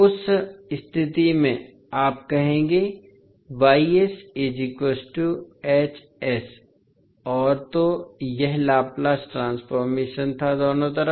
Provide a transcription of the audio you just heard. उस स्थिति में आप कहेंगे और तोयह लाप्लास ट्रांसफॉर्मेशन था दोनों तरफ